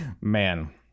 man